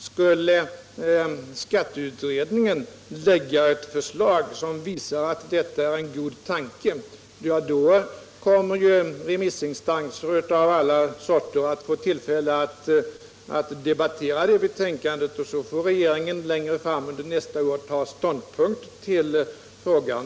Skulle skatteutredningen lägga fram ett förslag som visar att detta är en god tanke, kommer ju remissinstanser av alla sorter att få tillfälle att debattera det betänkandet, och sedan får regeringen längre fram under nästa år ta ställning till frågan.